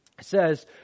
says